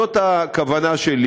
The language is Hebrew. זאת הכוונה שלי.